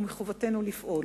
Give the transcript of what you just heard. ומחובתנו לפעול.